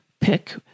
pick